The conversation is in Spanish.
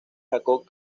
jacobo